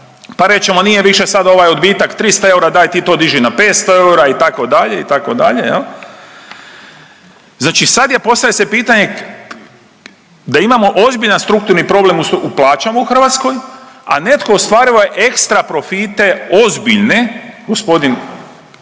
pa reći ćemo nije više sad ovaj odbitak 300 eura daj ti to diži na 500 eura itd., itd., jel. Znači sad je postavlja se pitanje da imamo ozbiljan strukturni problem u plaćama u Hrvatska, a netko ostvariva ekstra profite ozbiljne gospodin Bakić